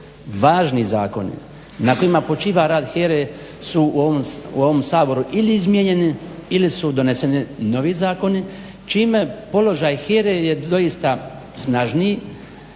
važni zakoni na kojima počiva rad HERA-e su u ovom Saboru ili izmijenjeni ili su doneseni novi zakoni čime položaj HERA-e je doista snažniji.